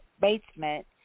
basement